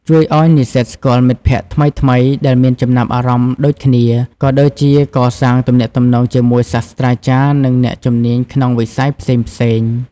ជួយឱ្យនិស្សិតស្គាល់មិត្តភក្តិថ្មីៗដែលមានចំណាប់អារម្មណ៍ដូចគ្នា ក៏ដូចជាកសាងទំនាក់ទំនងជាមួយសាស្ត្រាចារ្យ និងអ្នកជំនាញក្នុងវិស័យផ្សេងៗ។